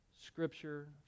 Scripture